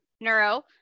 neuro